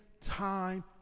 time